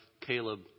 Caleb